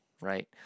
right